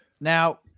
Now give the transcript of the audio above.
now